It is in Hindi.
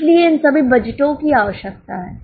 इसलिए इन सभी बजटों की आवश्यकता है